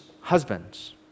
husbands